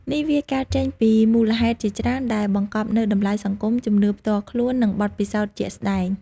នេះវាកើតចេញពីមូលហេតុជាច្រើនដែលបង្កប់នូវតម្លៃសង្គម ជំនឿផ្ទាល់ខ្លួន និងបទពិសោធន៍ជាក់ស្ដែង។